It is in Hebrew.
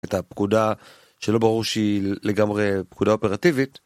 את הפקודה שלא ברור שהיא לגמרי פקודה אופרטיבית.